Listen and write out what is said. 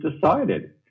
decided